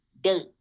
date